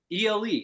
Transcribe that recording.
ELE